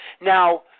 Now